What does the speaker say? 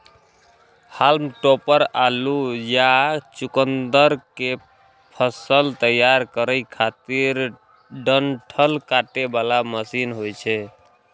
हाल्म topper आलू या चुकुंदर के फसल तैयार करै खातिर डंठल काटे बला मशीन होइ छै